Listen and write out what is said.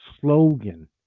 slogan